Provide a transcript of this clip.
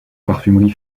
parfumerie